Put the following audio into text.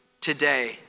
today